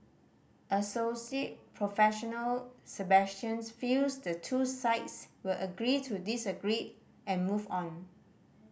Assoc Prof Sebastian's feels the two sides will agree to disagree and move on